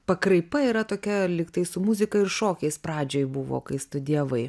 pakraipa yra tokia lyg tai su muzika ir šokiais pradžioj buvo kai studijavai